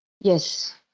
yes